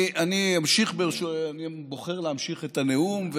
אני בוחר להמשיך את הנאום,